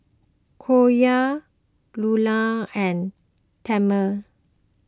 Korey Lula and Tanner